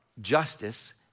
justice